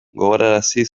gogorarazi